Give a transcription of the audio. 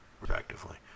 respectively